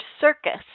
circus